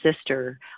sister